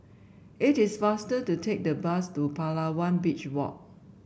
it is faster to take the bus to Palawan Beach Walk